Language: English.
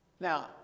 Now